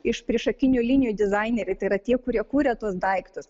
iš priešakinių linijų dizaineriai tai yra tie kurie kuria tuos daiktus